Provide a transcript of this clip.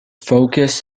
focus